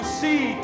see